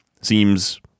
seems